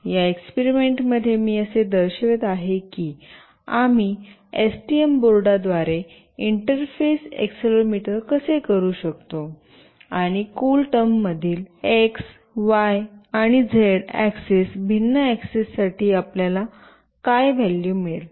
या एक्सपेरिमेंट मध्ये मी असे दर्शवित आहे की आम्ही एसटीएम बोर्डाद्वारे इंटरफेस एक्सेलेरोमीटर कसे करू शकतो आणि कूल टर्म मधील एक्स वाय आणि झेड ऍक्सेस भिन्न ऍक्सेससाठी आपल्याला काय व्हॅल्यू मिळेल